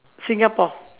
singapore